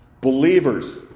Believers